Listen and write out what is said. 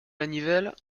manivelle